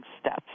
steps